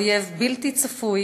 אויב בלתי צפוי,